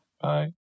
Bye